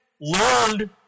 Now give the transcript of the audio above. learned